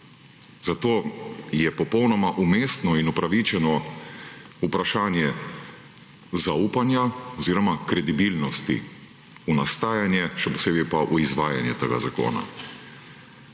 Zato je popolnoma vmesno in upravičeno vprašanje zaupanja oziroma kredibilnosti v nastajanje, še posebej pa v izvajanje tega zakona.